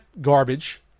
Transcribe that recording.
garbage